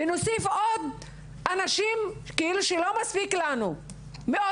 ונוסיף עוד אנשים כאילו שלא מספיק לנו יותר